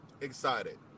excited